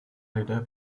lidé